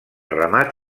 remat